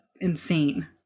insane